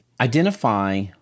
identify